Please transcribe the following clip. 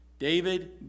David